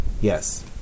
Yes